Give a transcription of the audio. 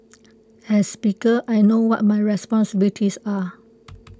as Speaker I know what my responsibilities are